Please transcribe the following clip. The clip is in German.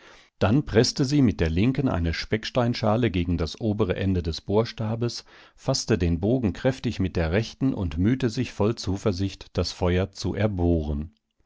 dann preßte sie mit der linken eine specksteinschale gegen das obere ende des bohrstabes faßte den bogen kräftig mit der rechten und mühte sich voll zuversicht das feuer zu erbohren